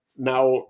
Now